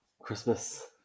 Christmas